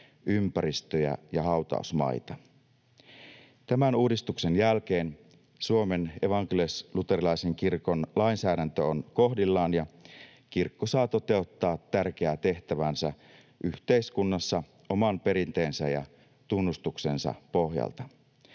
ympäristöjä ja hautausmaita. Tämän uudistuksen jälkeen Suomen evankelis-luterilaisen kirkon lainsäädäntö on kohdillaan ja kirkko saa toteuttaa tärkeää tehtäväänsä yhteiskunnassa oman perinteensä ja tunnustuksensa pohjalta.